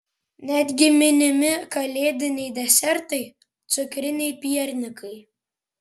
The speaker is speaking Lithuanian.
netgi minimi kalėdiniai desertai cukriniai piernikai